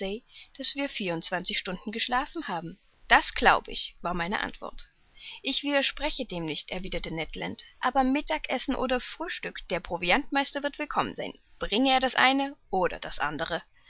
daß wir vierundzwanzig stunden geschlafen haben das glaub ich war meine antwort ich widerspreche dem nicht erwiderte ned land aber mittagessen oder frühstück der proviantmeister wird willkommen sein bringe er das eine oder das andere